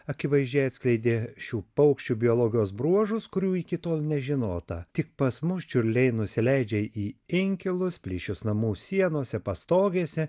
akivaizdžiai atskleidė šių paukščių biologijos bruožus kurių iki tol nežinota tik pas mus čiurliai nusileidžia į inkilus plyšius namų sienose pastogėse